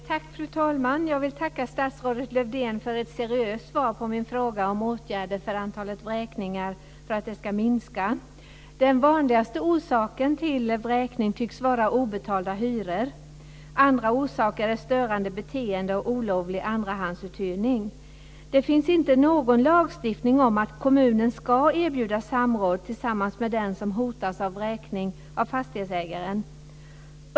Fru talman! Jag vill tacka statsrådet Lövdén för ett seriöst svar på min fråga om åtgärder för att antalet vräkningar ska minska. Den vanligaste orsaken till vräkning tycks vara obetalda hyror. Andra orsaker är störande beteende och olovlig andrahandsuthyrning. Det finns inte någon lagstiftning om att kommunen ska erbjuda samråd mellan den som hotas av vräkning och fastighetsägaren.